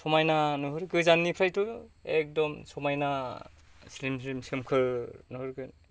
समायना नुहुरो गोजाननिफ्रायथ' एकदम समायना स्लिम स्लिम सोमखोर नुहरगोन